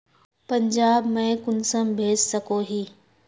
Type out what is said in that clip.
पंजाब में कुंसम भेज सकोही?